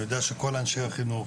אני יודע שכל אנשי החינוך,